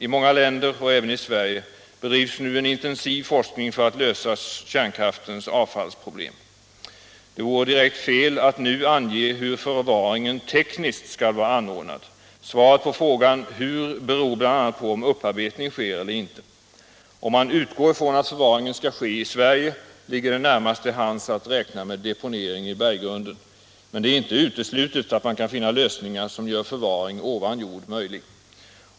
I många länder och även i Sverige bedrivs nu en intensiv forskning för att lösa kärnkraftens avfallsproblem. Det vore direkt fel att nu ange hur förvaringen tekniskt skall vara anordnad. Svaret på frågan hur beror bl.a. på om upparbetning sker eller inte. Om man utgår från att förvaringen skall ske i Sverige ligger det närmast till hands att räkna med deponering i berggrunden. Men det är inte uteslutet att man kan finna lösningar som gör förvaring ovan jord möjlig.